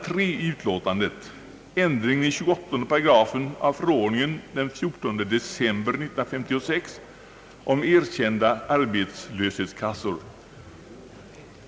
3 i utlåtandet, ändringen i 288 av förordningen den 14 december 1956 om erkända arbetslöshetskassor.